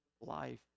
life